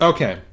Okay